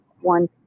one